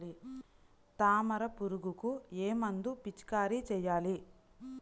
తామర పురుగుకు ఏ మందు పిచికారీ చేయాలి?